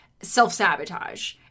self-sabotage